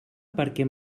perquè